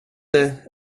det